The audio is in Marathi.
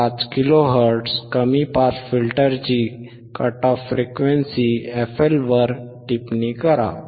5 किलो हर्ट्झ कमी पास फिल्टरची कट ऑफ फ्रीक्वेंसी fL वर टिप्पणी करा